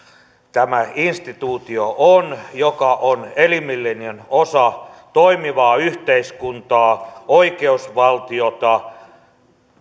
tämä instituutio joka on elimellinen osa toimivaa yhteiskuntaa oikeusvaltiota